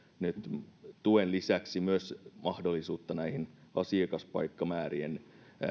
nyt tuen lisäksi mahdollisuutta näiden asiakaspaikkamäärien